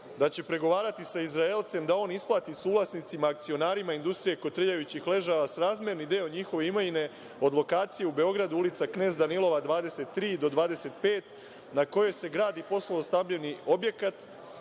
da će pregovarati sa Izraelcem da on isplati suvlasnicima akcionarima Industrije kotrljajućih ležaja srazmerni deo njihove imovine od lokacije u Beogradu, ulica Knez Danilova 23 do 25, na kojoj se gardi poslovno stambeni objekat